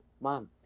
Mom